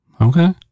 Okay